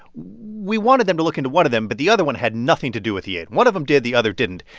we wanted them to look into one of them. but the other one had nothing to do with the aid. one of them did. the other didn't.